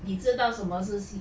你知道什么是新